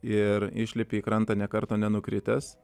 ir išlipi į krantą nė karto nenukritęs